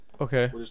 Okay